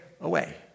away